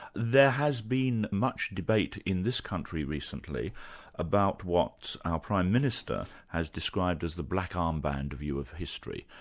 there has been much debate in this country recently about what our prime minister has described as the black armband view of history,